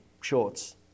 shorts